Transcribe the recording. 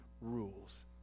rules